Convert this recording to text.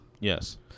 Yes